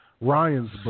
Ryan's